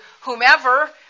whomever